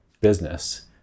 business